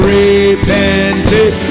repented